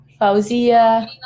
Fauzia